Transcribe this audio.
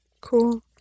Cool